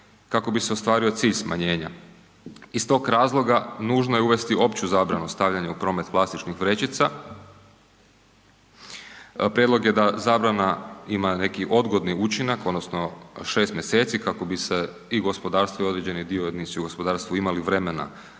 kako bi se ostvario cilj smanjenja Iz tog razloga nužno je uvesti opću zabranu stavljanja u promet plastičnih vrećica. Prijedlog je da zabrana ima neki odgodni učinak odnosno 6 mjeseci kako bi se i gospodarstvo i određeni dionici u gospodarstvu imali vremena